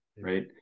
right